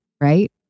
right